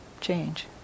change